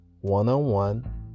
one-on-one